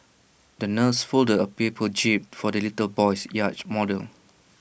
the nurse folded A paper jib for the little boy's yacht model